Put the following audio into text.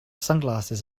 sunglasses